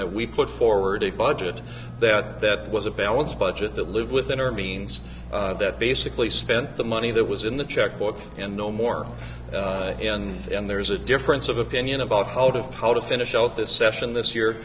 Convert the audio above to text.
that we put forward a budget that that was a balanced budget that live within our means that basically spent the money that was in the checkbook and no more and there is a difference of opinion about how to how to finish out this session this